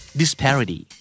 disparity